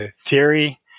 theory